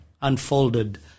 unfolded